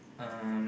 um